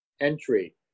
entry